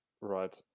right